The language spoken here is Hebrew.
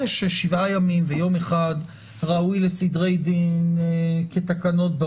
ששבעה ימים ויום אחד ראוי לסדרי דין כתקנות,